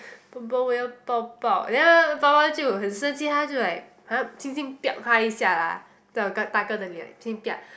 爸爸我要抱抱 and then 我爸爸就很生气他就好像 like 轻轻的 他一下 lah 在我大哥的脸 like 轻轻的